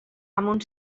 amb